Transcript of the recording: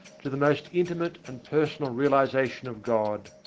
to the most intimate and personal realization of god,